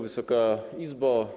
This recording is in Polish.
Wysoka Izbo!